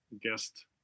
guest